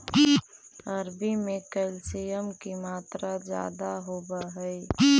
अरबी में कैल्शियम की मात्रा ज्यादा होवअ हई